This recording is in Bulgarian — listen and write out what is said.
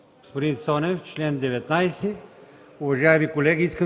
Господин Цонев, чл. 19. Уважаеми колеги,